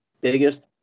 biggest